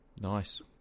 Nice